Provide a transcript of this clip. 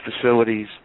facilities